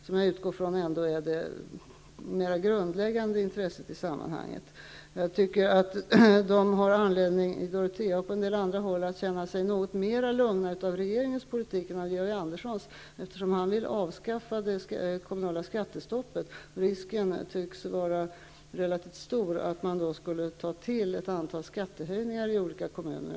Det är -- det utgår jag ifrån -- det grundläggande intresset i sammanhanget. Jag tycker att invånarna i Dorotea och på en del andra håll har anledning att känna sig något mera lugnade av regeringens politik än av Georg Anderssons, eftersom han vill avskaffa det kommunala skattestoppet. Risken tycks vara relativt stor att man då skulle ta till ett antal skattehöjningar i olika kommuner.